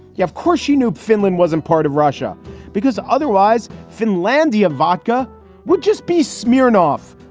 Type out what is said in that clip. yeah of course she knew finland wasn't part of russia because otherwise finlandia vodka would just be smirnoff.